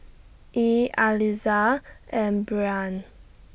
Yee Aliza and Breann